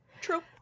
True